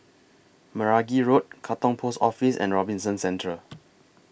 Meragi Road Katong Post Office and Robinson Centre